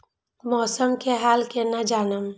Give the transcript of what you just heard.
मौसम के हाल केना जानब?